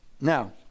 Now